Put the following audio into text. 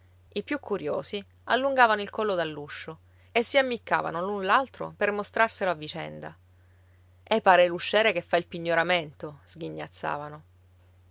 i più curiosi allungavano il collo dall'uscio e si ammiccavano l'un l'altro per mostrarselo a vicenda e pare l'usciere che fa il pignoramento sghignazzavano